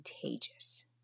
contagious